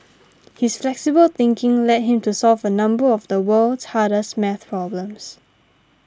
his flexible thinking led him to solve a number of the world's hardest math problems